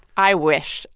i wish.